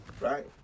Right